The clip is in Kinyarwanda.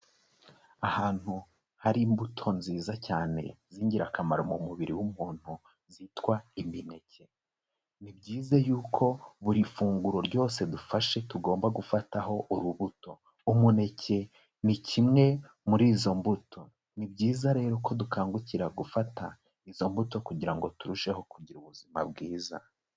Ahantu hari imbuto nziza cyane z'ingirakamaro mu mubiri w'umuntu zitwa imineke, ni byiza yuko buri funguro ryose dufashe tugomba gufataho urubuto, umuneke ni kimwe muri izo mbuto, ni byiza rero ko dukangukira gufata izo mbuto kugira ngo turusheho kugira ubuzima bwiza.